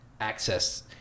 access